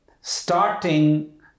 starting